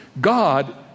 God